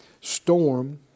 storm